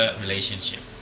relationship